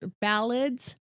Ballads